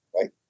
right